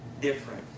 different